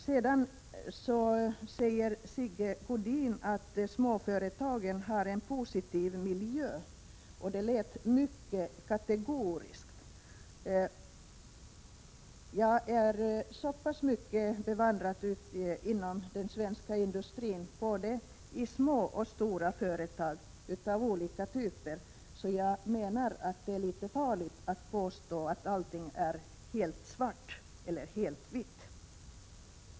Sedan säger Sigge Godin att småföretagen har en positiv miljö. Det lät mycket kategoriskt. Jag är så pass bevandrad inom den svenska industrin, i både små och stora företag av olika typer, att jag kan säga att det är litet farligt att påstå att allt är helt svart eller helt vitt.